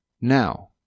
Now